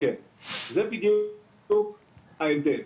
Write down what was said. זה בדיוק ההבדל.